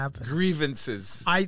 grievances